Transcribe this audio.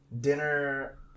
Dinner